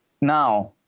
Now